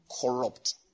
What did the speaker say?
corrupt